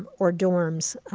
um or dorms,